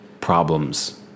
problems